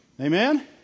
Amen